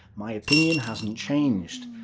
my opinion hasn't changed.